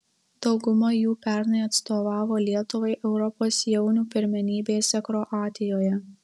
dauguma jų pernai atstovavo lietuvai europos jaunių pirmenybėse kroatijoje